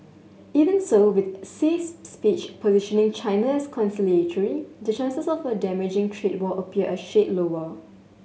even so with Xi's speech positioning China's conciliatory the chances of a damaging trade war appear a shade lower